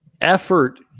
Effort